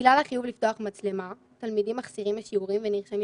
בגלל החיוב לפתוח מצלמה תלמידים מחסירים משיעורים ונרשמים